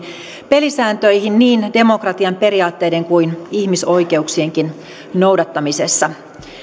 pelisääntöihin niin demokratian periaatteiden kuin ihmisoikeuksienkin noudattamisessa